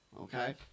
okay